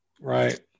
Right